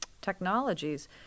technologies